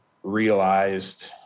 realized